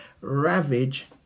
ravage